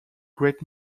great